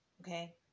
Okay